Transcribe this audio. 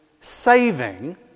saving